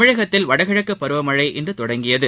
தமிழகத்தில் வடகிழக்குபருவமழை இன்றுதொடங்கியது